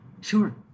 Sure